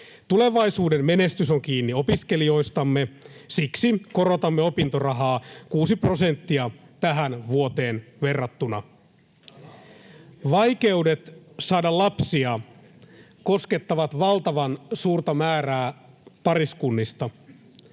Tulevaisuuden menestys on kiinni opiskelijoistamme. Siksi korotamme opintorahaa kuusi prosenttia tähän vuoteen verrattuna. [Tere Sammallahti: Rahaa on!] Vaikeudet saada lapsia koskettavat valtavan suurta määrää pariskuntia.